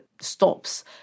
stops